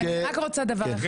אני רק רוצה לומר דבר אחד.